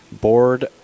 Board